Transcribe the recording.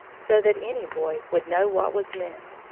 so that any boy would know what was meant.